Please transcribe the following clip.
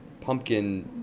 pumpkin